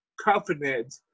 confident